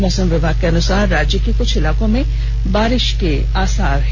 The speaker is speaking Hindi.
मौसम विभाग के अनुसार राज्य के क्छ इलाकों में बारिष के आसार हैं